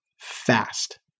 fast